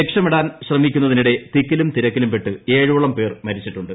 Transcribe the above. രക്ഷപ്പെടാൻ ശ്രമിക്കുന്നതിനിടെ ്തിക്കിലും തിരക്കിലുംപെട്ട് ഏഴോളം ്പേർ മരിച്ചിട്ടുണ്ട്